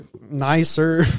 nicer